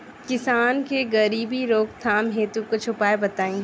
किसान के गरीबी रोकथाम हेतु कुछ उपाय बताई?